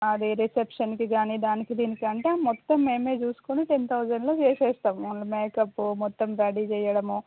అదే రిసెప్షన్కి గానీ దానికి దీనికి అంటే మొత్తం మేమే చూసుకుని టెన్ తౌజండ్లో చేసేస్తాం ఓన్లీ మేకప్పు మొత్తం రెడీ చెయ్యడము